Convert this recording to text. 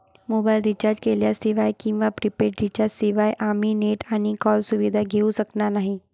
mobile recharge केल्याशिवाय किंवा prepaid recharge शिवाय आम्ही नेट आणि कॉल सुविधा घेऊ शकणार नाही